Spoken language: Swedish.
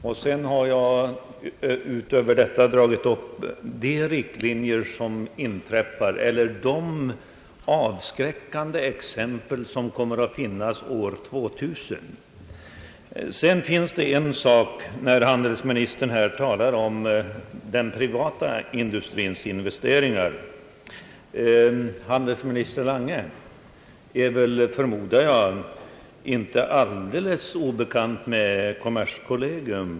Därutöver har jag tagit upp de avskräckande exempel som kommer att finnas år 2000. När handelsministern talar om den privata industrins investeringar, vill jag säga att handelsminister Lange väl inte är alldeles obekant med kommerskollegium.